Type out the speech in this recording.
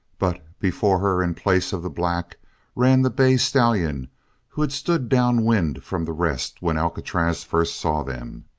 but before her in place of the black ran the bay stallion who had stood down wind from the rest when alcatraz first saw them.